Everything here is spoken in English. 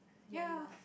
ya lah